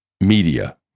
media